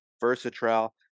versatile